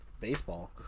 baseball